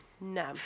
No